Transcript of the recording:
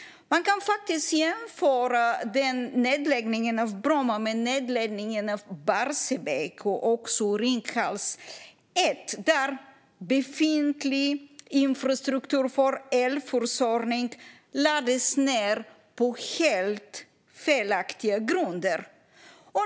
Man kan faktiskt jämföra nedläggningen av Bromma med nedläggningen av Barsebäck och också Ringhals 1, där befintlig infrastruktur för elförsörjning lades ned på helt felaktiga grunder.